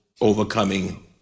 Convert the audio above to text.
Overcoming